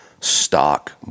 stock